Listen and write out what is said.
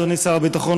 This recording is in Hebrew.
אדוני סגן שר הביטחון,